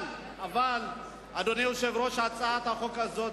אבל, אדוני היושב-ראש, הצעת החוק הזו